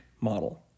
model